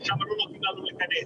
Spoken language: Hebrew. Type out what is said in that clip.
ששם לא נותנים לנו להיכנס.